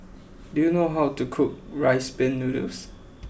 do you know how to cook Rice Pin Noodles